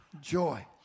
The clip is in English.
joy